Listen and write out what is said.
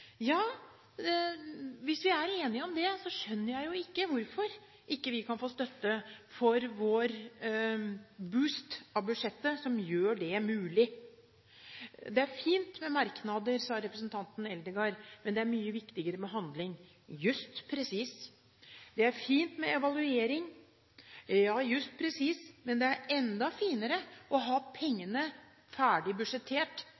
Ja, hvis vi er enige om det, skjønner jeg ikke hvorfor vi ikke kan få støtte for vår «boost» av budsjettet, som gjør det mulig. Det er fint med merknader, sa representanten Eldegard, men det er mye viktigere med handling. Just presis. Det er fint med evaluering. Ja, just presis, men det er enda finere å ha pengene ferdig budsjettert